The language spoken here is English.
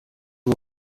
who